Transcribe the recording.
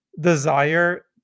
desire